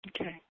Okay